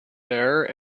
there